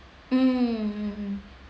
mmhmm